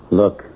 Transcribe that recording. look